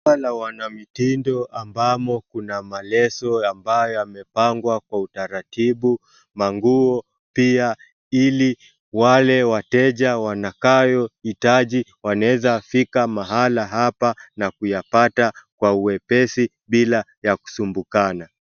Mahala ya wanammitindo ambamo kuna maleso ambayo yamepangwa kwa utaratibu manguo pia ili wale wateja wanakayo hitaji wanaweza fika mahala hapa na kuyapata kwa uwepesi bila ya kusumbukana.